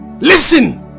Listen